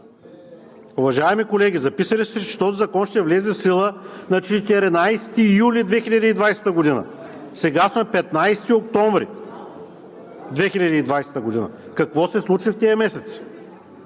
Уважаеми колеги, записали сте, че този закон ще влезе в сила на 14 юли 2020 г. Сега сме 15 октомври 2020 г.! Какво се случва в тези месеци?